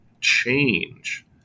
change